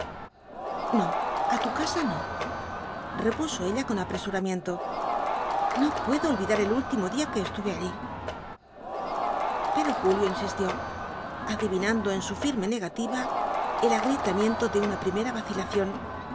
no á tu casa no repuso ella con apresuramiento no puedo olvidar el último día que estuve allí pero julio insistió adivinando en su firme negativa el agrietamiento de una primera vacilación